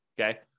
okay